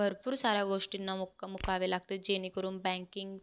भरपूर साऱ्या गोष्टींना मुक मुकावे लागते जेणेकरून बँकिंग